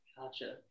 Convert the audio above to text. Gotcha